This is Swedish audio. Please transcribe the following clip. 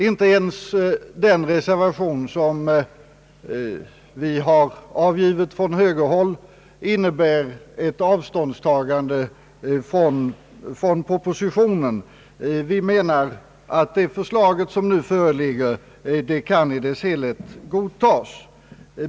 Inte ens den reservation som vi från högerhåll har avgivit innebär ett avståndstagande från propositionen. Det förslag som nu föreligger kan godtas i dess helhet.